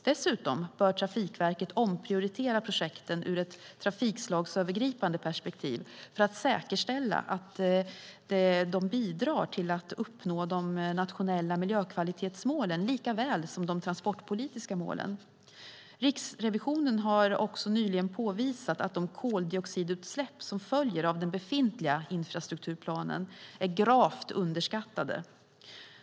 Dessutom bör Trafikverket omprioritera projekten ur ett trafikslagsövergripande perspektiv för att säkerställa att de bidrar till att uppnå de nationella miljökvalitetsmålen likaväl som de transportpolitiska målen. Riksrevisionen har också nyligen påvisat att de koldioxidutsläpp som följer av den befintliga infrastrukturplanen är gravt underskattade.